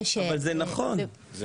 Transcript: אבל זה נכון.